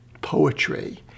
poetry